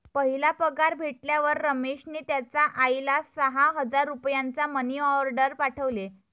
पहिला पगार भेटल्यावर रमेशने त्याचा आईला सहा हजार रुपयांचा मनी ओर्डेर पाठवले